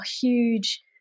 huge